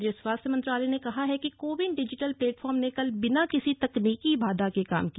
केन्द्रीय स्वास्थ्य मंत्रालय ने कहा है कि कोविन डिजिटल प्लेटफॉर्म ने कल बिना किसी तकनीकी बाधा के काम किया